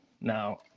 Now